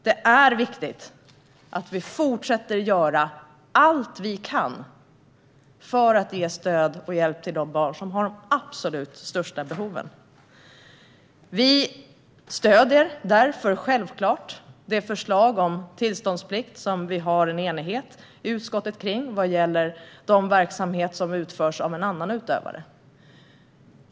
Det är viktigt att vi fortsätter göra allt vi kan för att ge stöd och hjälp till de barn som har de absolut största behoven. Vi stöder därför självklart det förslag om tillståndsplikt som det råder enighet i utskottet kring vad gäller verksamhet som utförs av en annan utövare.